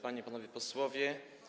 Panie i Panowie Posłowie!